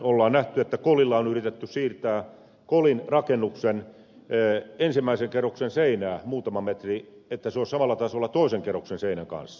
on nähty että kolilla on yritetty siirtää kolin rakennuksen ensimmäisen kerroksen seinää muutama metri niin että se olisi samalla tasolla toisen kerroksen seinän kanssa